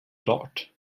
klart